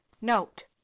note